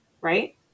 right